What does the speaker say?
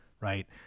right